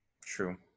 True